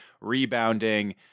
rebounding